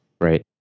Right